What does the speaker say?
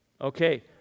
Okay